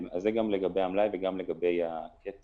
זה גם לגבי המלאי וגם לגבי הקצב.